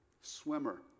swimmer